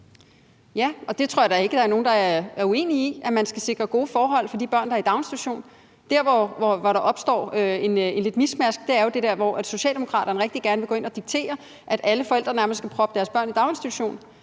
Ja, og jeg tror da ikke, der er nogen, der er uenig i, at man skal sikre gode forhold for de børn, der er i en daginstitution. Der, hvor der opstår lidt miskmask, er jo der, hvor Socialdemokraterne rigtig gerne vil gå ind og diktere, at alle forældre nærmest skal proppe deres børn i en daginstitution.